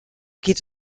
geht